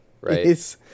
Right